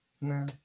no